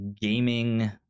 gaming